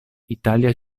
italia